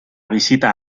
visita